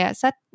sách